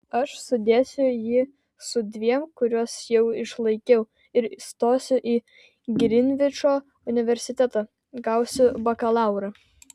aš sudėsiu jį su dviem kuriuos jau išlaikiau ir stosiu į grinvičo universitetą gausiu bakalaurą